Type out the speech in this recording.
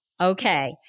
Okay